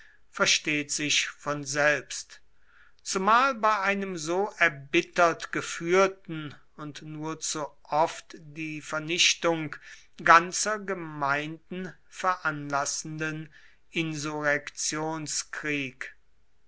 versteht sich von selbst zumal bei einem so erbittert geführten und nur zu oft die vernichtung ganzer gemeinden veranlassenden